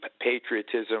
patriotism